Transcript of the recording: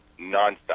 nonstop